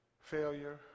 Failure